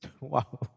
Wow